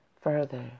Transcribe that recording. further